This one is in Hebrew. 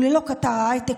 וללא קטר ההייטק,